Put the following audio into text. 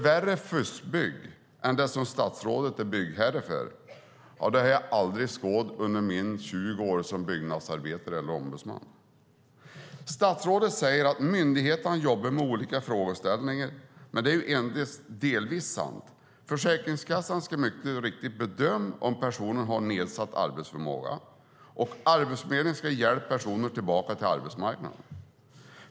Värre fuskbygge än det statsrådet är byggherre för har jag nämligen aldrig skådat under mina 20 år som byggnadsarbetare eller ombudsman. Statsrådet säger att myndigheterna jobbar med olika frågeställningar, men det är ju endast delvis sant. Försäkringskassan ska mycket riktigt bedöma om personen har nedsatt arbetsförmåga, och Arbetsförmedlingen ska hjälpa personen tillbaka till arbetsmarknaden.